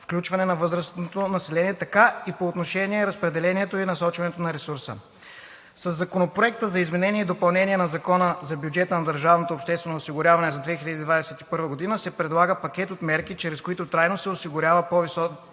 включване на възрастното население, така и по отношение разпределението и насочването на ресурса. Със Законопроекта за изменение и допълнение на Закона за бюджета на държавното обществено осигуряване за 2021 г. се предлага пакет от мерки, чрез които трайно се осигурява по-висок